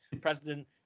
president